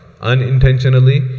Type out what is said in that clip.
Unintentionally